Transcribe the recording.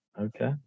Okay